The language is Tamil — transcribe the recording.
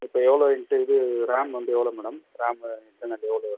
இப்போ எவ்வளோ இது ரேம் வந்து எவ்வளோ மேடம் ரேம் இன்டர்னல் எவ்வளோ வேணும்